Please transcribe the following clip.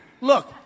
Look